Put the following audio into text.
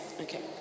Okay